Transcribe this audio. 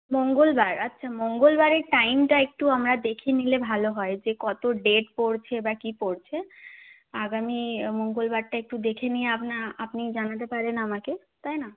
মঙ্গলবার আচ্ছা মঙ্গলবারের টাইমটা একটু আমরা দেখে নিলে ভালো হয় যে কত ডেট পড়ছে বা কি পড়ছে আগামী মঙ্গলবারটা একটু দেখে নিয়ে আপনা আপনি জানাতে পারেন আমাকে তাই না